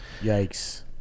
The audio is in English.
Yikes